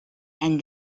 and